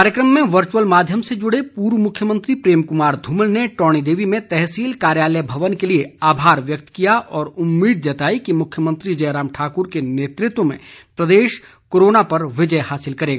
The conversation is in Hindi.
कार्यक्रम में वर्चुअल माध्यम से जुड़े पूर्व मुख्यमंत्री प्रेम कुमार धूमल ने टौणी देवी में तहसील कार्यालय भवन के लिए आभार व्यक्त किया और उम्मीद जताई कि मुख्यमंत्री जयराम ठाकुर के नेतृत्व में प्रदेश कोरोना पर विजय हासिल करेगा